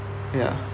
ya